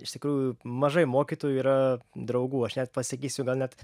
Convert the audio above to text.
iš tikrųjų mažai mokytojų yra draugų aš net pasakysiu gal net